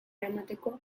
eramateko